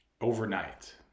overnight